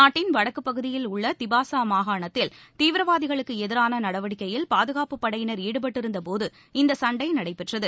நாட்டின் வடக்கு பகுதியில் உள்ள திபாசா மாகாணத்தில் தீவிரவாதிகளுக்கு எதிரான நடவடிக்கையில் பாதுகாப்பு படையினர் ஈடுபட்டிருந்தபோது இந்த சண்டை நடைபெற்றது